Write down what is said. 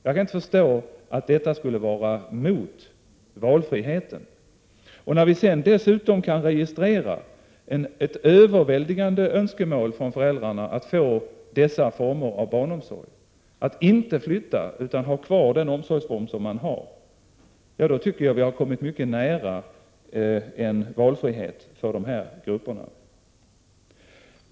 Jag kan inte förstå att detta skulle vara mot valfriheten. När vi sedan dessutom kan inregistrera ett överväldigande önskemål från föräldrarna att få dessa former av barnomsorg, att inte flytta utan ha kvar den omsorgsform som man har, då tycker jag att vi har kommit mycket nära en valfrihet för de här grupperna.